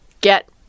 get